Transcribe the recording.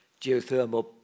Geothermal